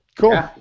Cool